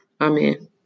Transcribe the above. amen